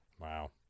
Wow